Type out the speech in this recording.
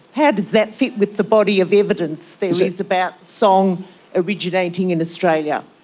how does that fit with the body of evidence there is about song originating in australia?